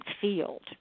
field